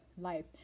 life